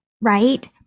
right